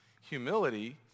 Humility